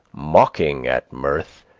mocking at mirth,